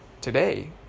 today